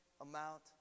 amount